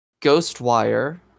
Ghostwire